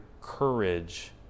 courage